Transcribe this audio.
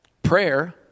Prayer